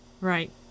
Right